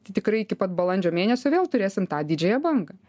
tai tikrai iki pat balandžio mėnesio vėl turėsim tą didžiąją bangą